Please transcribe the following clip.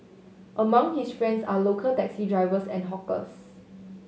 among his friends are local taxi drivers and hawkers